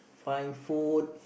find food